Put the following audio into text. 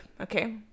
okay